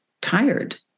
tired